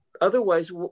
otherwise